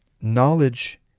Knowledge